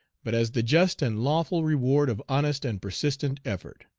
but as the just and lawful reward of honest and persistent effort.